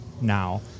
now